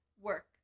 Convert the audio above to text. Work